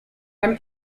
beim